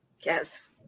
Yes